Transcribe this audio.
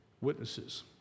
Witnesses